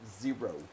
zero